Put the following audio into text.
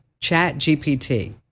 ChatGPT